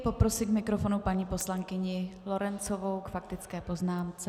Poprosím k mikrofonu paní poslankyni Lorencovou k faktické poznámce.